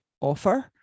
offer